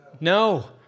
No